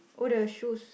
all the shoes